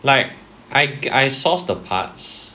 like I I source the parts